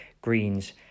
Greens